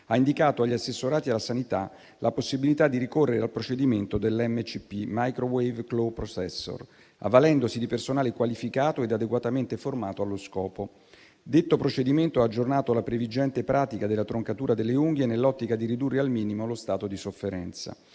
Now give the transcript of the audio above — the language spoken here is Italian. ha indicato agli assessorati alla sanità la possibilità di ricorrere al procedimento del *microwave claw processor* (MCP), avvalendosi di personale qualificato e adeguatamente formato allo scopo. Detto procedimento ha aggiornato la previgente pratica della troncatura delle unghie nell'ottica di ridurre al minimo lo stato di sofferenza.